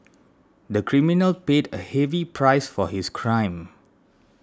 the criminal paid a heavy price for his crime